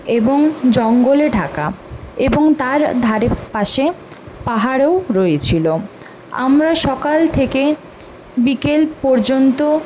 এবং জঙ্গলে ঢাকা এবং তার ধারে পাশে পাহাড়ও রয়েছিল আমরা সকাল থেকে বিকেল পর্যন্ত